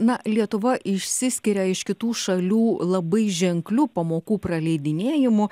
na lietuva išsiskiria iš kitų šalių labai ženkliu pamokų praleidinėjimu